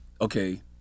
okay